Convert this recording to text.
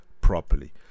properly